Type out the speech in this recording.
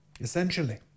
essentially